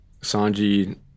Sanji